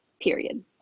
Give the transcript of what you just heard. period